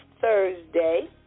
Thursday